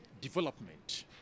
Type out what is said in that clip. development